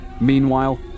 Meanwhile